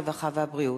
הרווחה והבריאות,